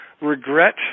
regret